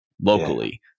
locally